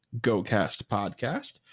GoCastPodcast